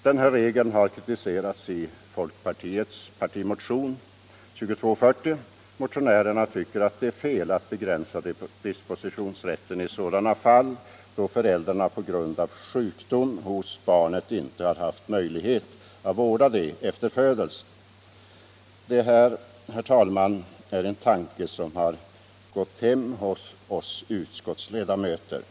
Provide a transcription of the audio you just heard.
Den här regeln har kritiserats i folkpartiets partimotion 2240. Motionärerna tycker att det är fel att begränsa dispositionsrätten i sådana fall där föräldrarna på grund av sjukdom hos barnet inte haft möjlighet att vårda det efter födelsen. Detta, herr talman, är en tanke som har gått hem hos oss utskottsledamöter.